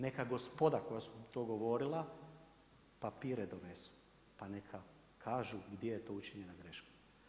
Neka gospoda koja su to govorila papire donesu pa neka kažu gdje je to učinjena greška.